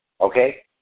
Okay